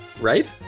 Right